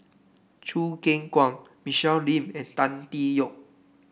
Choo Keng Kwang Michelle Lim and Tan Tee Yoke